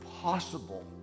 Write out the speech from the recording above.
possible